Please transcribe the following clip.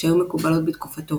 שהיו מקובלות בתקופתו,